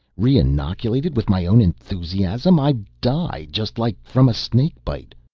reinoculated with my own enthusiasm? i'd die just like from snake-bite!